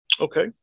Okay